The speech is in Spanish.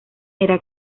era